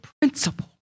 principle